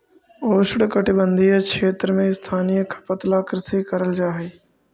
उष्णकटिबंधीय क्षेत्र में स्थानीय खपत ला कृषि करल जा हई